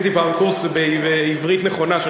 עשיתי פעם קורס בעברית נכונה,